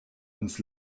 uns